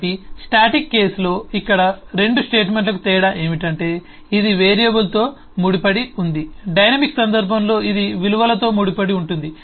కాబట్టి స్టాటిక్ కేసులో ఇక్కడ ఈ 2 స్టేట్మెంట్లలోని తేడా ఏమిటంటే ఇది వేరియబుల్తో ముడిపడి ఉంది డైనమిక్ సందర్భంలో ఇది విలువలతో ముడిపడి ఉంటుంది